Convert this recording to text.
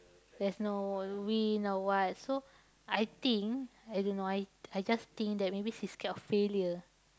there's no wind or what so I think I don't know I I just think think that maybe she's sacred of failure